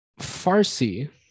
Farsi